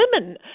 women